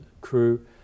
crew